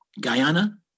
Guyana